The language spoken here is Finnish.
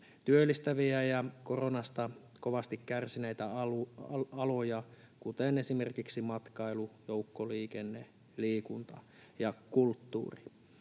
työllistäviä ja koronasta kovasti kärsineitä aloja, kuten esimerkiksi matkailua, joukkoliikennettä, liikuntaa ja kulttuuria.